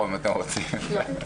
הוא אמר.